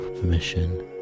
permission